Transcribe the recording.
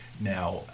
Now